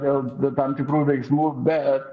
vėl tam tikrų veiksmų bet